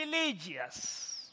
religious